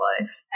life